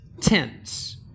tense